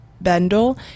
Bendel